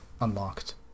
unlocked